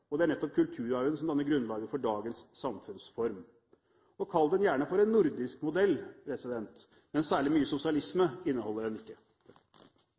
og det er nettopp kulturarven som danner grunnlaget for dagens samfunnsform. Kall den gjerne en nordisk modell, men særlig mye sosialisme inneholder den ikke.